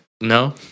No